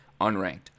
unranked